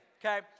okay